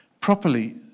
properly